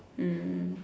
mm